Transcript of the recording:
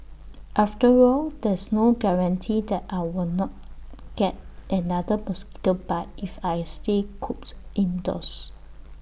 after all there's no guarantee that I will not get another mosquito bite if I stay cooped indoors